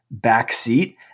backseat